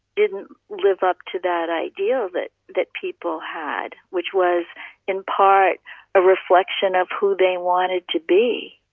didn't live up to that idea that that people had, which was in part a reflection of who they wanted to be.